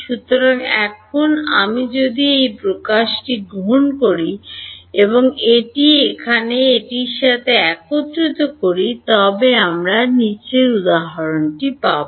সুতরাং এখন আমি যদি এই প্রকাশটি গ্রহণ করি এবং এটি এখানে এটির সাথে একত্রিত করি তবে আমি কী পাব